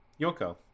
Yoko